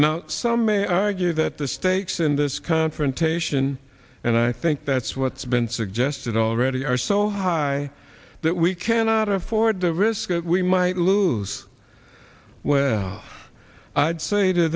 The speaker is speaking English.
now some may argue that the stakes in this confrontation and i think that's what's been suggested already are so high that we cannot afford the risk that we might lose well i'd say to